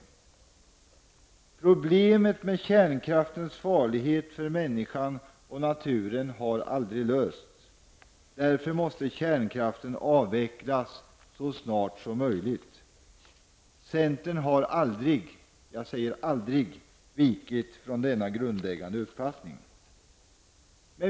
Problemet med kärnkraftens farlighet för människan och naturen har aldrig lösts. Därför måste kärnkraften avvecklas så snart som möjligt. Centern har aldrig vikit från denna grundläggande uppfattning.